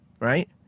Right